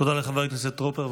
תודה לחבר הכנסת טרופר.